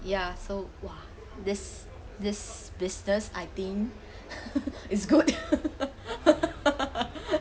ya so !wah! this this business I think is good